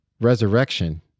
resurrection